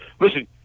Listen